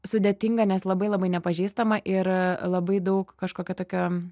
sudėtinga nes labai labai nepažįstama ir labai daug kažkokia tokia